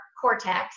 cortex